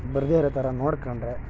ಬರದೇ ಇರೋ ಥರ ನೋಡ್ಕೊಂಡ್ರೆ